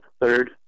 third